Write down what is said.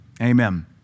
Amen